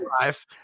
life